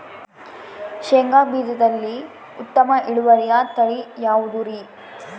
ಶೇಂಗಾ ಬೇಜದಲ್ಲಿ ಉತ್ತಮ ಇಳುವರಿಯ ತಳಿ ಯಾವುದುರಿ?